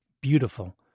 beautiful